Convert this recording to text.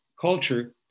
culture